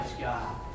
God